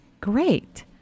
Great